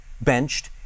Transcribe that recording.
benched